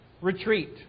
retreat